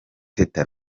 teta